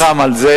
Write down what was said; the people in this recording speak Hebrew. אני נלחם על זה.